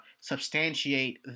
substantiate